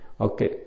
okay